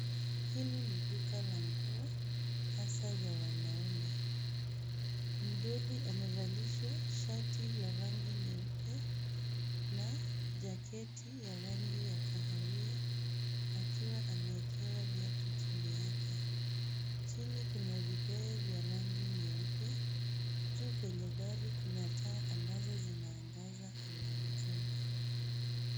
Hili ni duka la nguo hasa wanaume. Mdoli amevalishwa shati la rangi nyeupe na jaketi ya rangi ya kahawia akiwa ameekewa viatu chini yake. Chini kuna vigae vya rangi nyeupe. Juu kwenye dari kuna taa ambazo zinaangaza eneo mzima.